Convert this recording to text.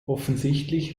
offensichtlich